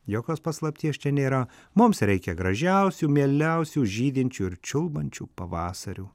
jokios paslapties čia nėra mums reikia gražiausių mieliausių žydinčių ir čiulbančių pavasarių